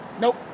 Nope